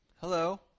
Hello